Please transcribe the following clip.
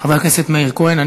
חבר הכנסת מאיר כהן,